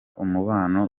umubano